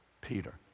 Peter